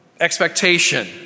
expectation